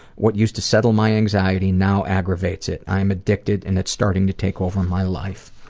what used to settle my anxiety now aggravates it. i am addicted and it's starting to take over my life.